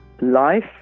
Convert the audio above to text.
life